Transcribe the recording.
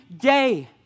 day